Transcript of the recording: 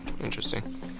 interesting